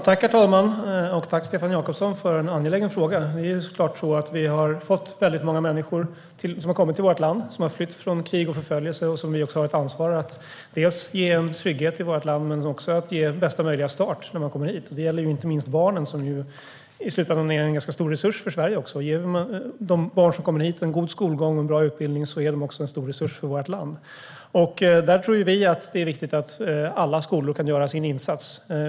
Herr talman! Tack, Stefan Jakobsson, för en angelägen fråga. Vi har fått väldigt många människor till vårt land som flytt från krig och förföljelse och som vi har ett ansvar att ge en trygghet i vårt land men också ge bästa möjliga start när de kommer hit. Det gäller inte minst barnen, som i slutänden är en ganska stor resurs för Sverige. Ger vi de barn som kommer hit en god skolgång och en bra utbildning är de också en stor resurs för vårt land. Där tror vi att det är viktigt att alla skolor kan göra sin insats.